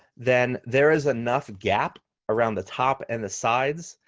then there is enough gap around the top and the sides,